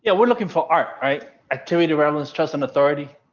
and we're looking for art, right? activity, relevance, trust and authority.